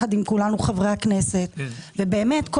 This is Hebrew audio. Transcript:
ביחד עם כולנו,